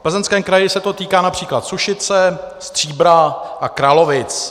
V Plzeňském kraji se to týká například Sušice, Stříbra a Kralovic.